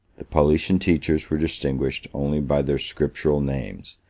the paulician teachers were distinguished only by their scriptural names,